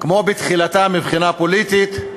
כמו בתחילתה מבחינה פוליטית,